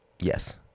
Yes